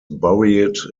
buried